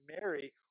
Mary